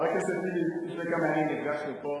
חבר הכנסת טיבי, לפני כמה ימים נפגשנו פה